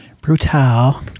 Brutal